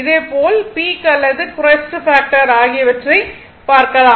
இதே போல் பீக் அல்லது க்ரெஸ்ட் பாக்டர் ஆகியவற்றை பார்க்கலாம்